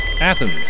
Athens